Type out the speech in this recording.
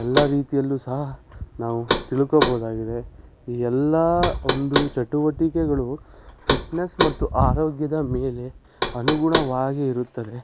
ಎಲ್ಲ ರೀತಿಯಲ್ಲೂ ಸಹ ನಾವು ತಿಳ್ಕೋಬೋದಾಗಿದೆ ಈ ಎಲ್ಲ ಒಂದು ಚಟುವಟಿಕೆಗಳು ಫಿಟ್ನೆಸ್ ಮತ್ತು ಆರೋಗ್ಯದ ಮೇಲೆ ಅನುಗುಣವಾಗಿ ಇರುತ್ತದೆ